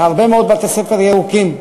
יש הרבה מאוד בתי-ספר ירוקים.